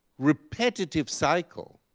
repetitive cycle